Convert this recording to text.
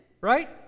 right